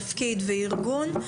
תפקיד וארגון.